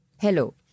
Hello